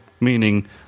Meaning